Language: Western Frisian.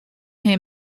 him